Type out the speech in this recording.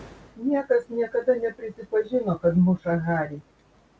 niekas niekada neprisipažino kad muša harį